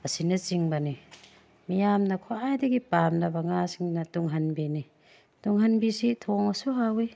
ꯑꯁꯤꯅꯆꯤꯡꯕꯅꯤ ꯃꯤꯌꯥꯝꯅ ꯈ꯭ꯋꯥꯏꯗꯒꯤ ꯄꯥꯝꯅꯕ ꯉꯥꯁꯤꯡꯅ ꯇꯨꯡꯍꯟꯕꯤꯅꯤ ꯇꯨꯡꯍꯟꯕꯤꯁꯤ ꯊꯣꯡꯉꯁꯨ ꯍꯥꯎꯏ